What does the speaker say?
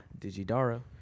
Digidaro